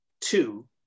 two